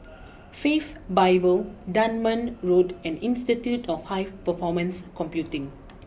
Faith Bible Dunman Road and Institute of High Performance Computing